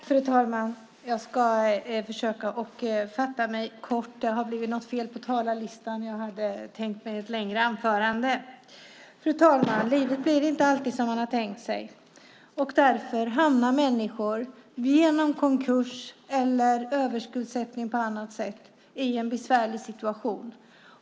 Fru talman! Jag ska försöka fatta mig kort. Det har blivit något fel på talarlistan. Jag hade tänkt mig att hålla ett längre anförande. Fru talman! Livet blir inte alltid som man har tänkt sig. Människor hamnar genom konkurs eller överskuldsättning på annat sätt i en besvärlig situation.